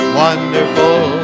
wonderful